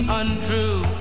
untrue